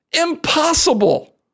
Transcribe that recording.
Impossible